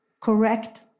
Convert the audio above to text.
Correct